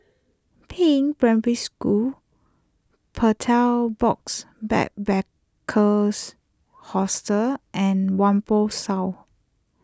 Peiying Primary School Betel Box Backpackers Hostel and Whampoa South